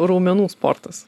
raumenų sportas